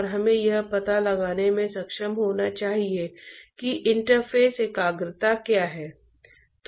तो पाइप के उदाहरण पर एक नज़र डालते हैं